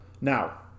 Now